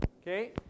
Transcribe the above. okay